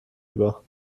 über